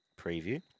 preview